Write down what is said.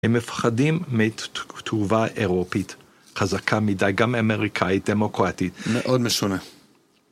הם מפחדים מהתגובה האירופית, חזקה מדי, גם אמריקאית, דמוקרטית. מאוד משונה.